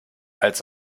als